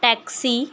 taxi